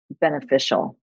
beneficial